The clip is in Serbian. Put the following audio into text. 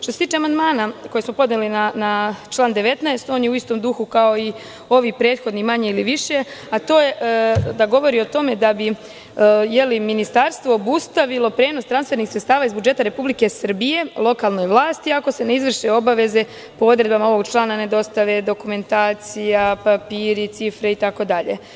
Što se tiče amandmana koji smo podneli na član 19, on je u istom duhu kao i ovi prethodni, manje ili više, a to je da govori o tome da bi ministarstvo obustavilo prenos transfernih sredstava iz budžeta Republike Srbije lokalnoj vlasti, ako se ne izvrše obaveze po odredbama ovog člana, ne dostave dokumentacija, papiri, cifre itd.